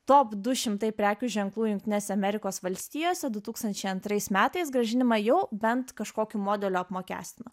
top du šimtai prekių ženklų jungtinėse amerikos valstijose du tūkstančiai antrais metais grąžinimą jau bent kažkokiu modeliu apmokestino